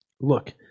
Look